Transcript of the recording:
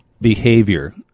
Behavior